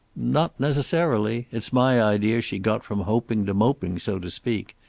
not necessarily. it's my idea she got from hoping to moping, so to speak.